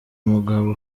umugabo